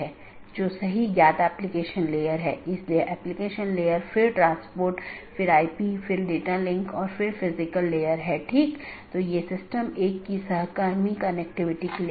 यदि आप याद करें तो हमने एक पाथ वेक्टर प्रोटोकॉल के बारे में बात की थी जिसने इन अलग अलग ऑटॉनमस सिस्टम के बीच एक रास्ता स्थापित किया था